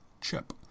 chip